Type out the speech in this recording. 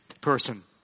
person